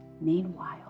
Meanwhile